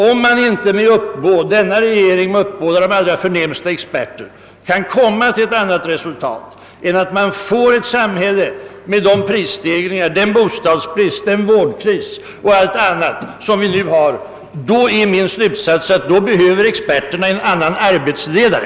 Om regeringen trots detta uppbåd av de allra förnämsta experter inte kan nå ett annat resultat än att man får ett samhälle med de prisstegringar, den bostadsbrist, den vårdkris och alla de andra brister som vi har, då blir min slutsats, att experterna behöver en annan arbetsledare.